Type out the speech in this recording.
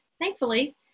thankfully